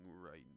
right